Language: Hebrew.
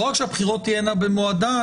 לא רק שהבחירות תהינה במועדן,